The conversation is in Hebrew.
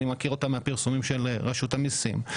אני מכיר אותם מהפרסומים של רשות המיסים.